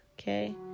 okay